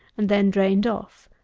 and then drained off.